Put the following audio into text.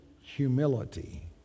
humility